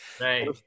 Right